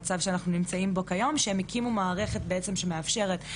אזרחית ושחקני חברה אזרחית להגיש תלונות,